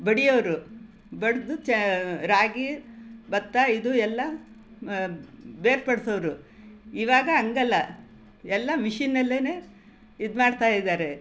ಬಡಿಯೋರು ಬಡಿದು ಚ ರಾಗಿ ಭತ್ತ ಇದು ಎಲ್ಲ ಬೇರ್ಪಡಿಸೋರು ಇವಾಗ ಹಂಗಲ್ಲ ಎಲ್ಲ ಮಿಷಿನ್ನಲ್ಲೆನೇ ಇದು ಮಾಡ್ತಾಯಿದ್ದಾರೆ